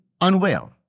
unwell